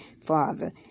Father